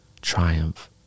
triumph